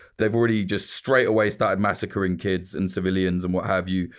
they've already just straight away started massacring kids and civilians and what have you,